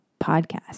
podcast